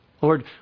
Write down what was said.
Lord